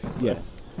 yes